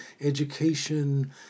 education